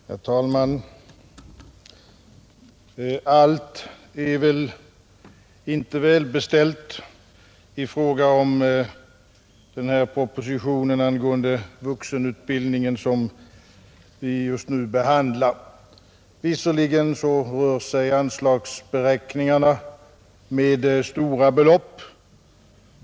Herr talman! Allt är väl inte välbeställt i fråga om den proposition angående vuxenutbildningen som vi just nu behandlar. Visserligen rör sig anslagsberäkningarna med stora belopp.